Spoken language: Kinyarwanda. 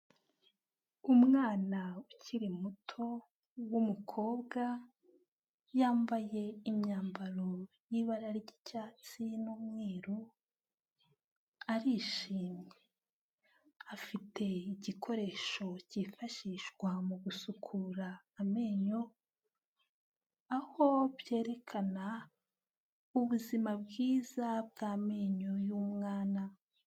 Umwana ukiri muto w'umukobwa yambaye imyambaro y'ibara ry'icyatsi n'umweru, arishimye afite igikoresho cyifashishwa mu gusukura amenyo, aho byerekana ubuzima bwiza bw'amenyo y'umwana.